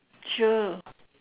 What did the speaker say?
sure